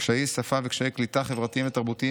קשיי שפה וקשיי קליטה חברתיים ותרבותיים